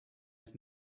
had